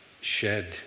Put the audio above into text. shed